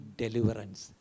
deliverance